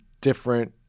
different